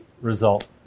result